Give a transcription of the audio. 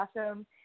awesome